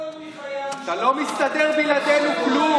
אתה לא מסתדר בלעדינו כלום.